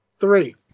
three